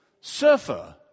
surfer